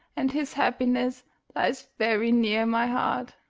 and his happiness lies very near my heart.